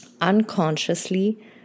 unconsciously